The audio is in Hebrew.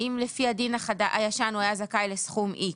אם לפי הדין הישן הוא היה זכאי לסכום X